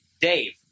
Dave